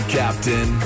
captain